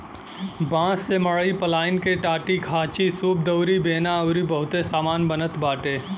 बांस से मड़ई पलानी के टाटीखांचीसूप दउरी बेना अउरी बहुते सामान बनत बाटे